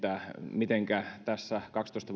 mitenkä tässä kaksitoista